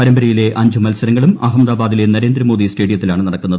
പരമ്പരയിലെ അഞ്ച് മത്സരങ്ങളും അഹമ്മദാബാദിലെ നരേന്ദ്രമോദി സ്റ്റേഡിയത്തിലാണ് നടക്കുന്നത്